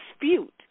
dispute